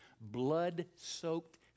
blood-soaked